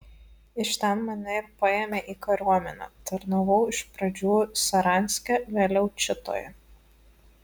iš ten mane ir paėmė į kariuomenę tarnavau iš pradžių saranske vėliau čitoje